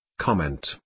Comment